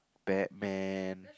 Batman